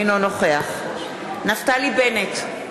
אינו נוכח נפתלי בנט,